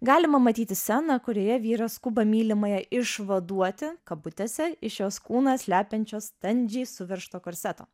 galima matyti sceną kurioje vyras skuba mylimąją išvaduoti kabutėse iš jos kūną slepiančios standžiai suveržto korseto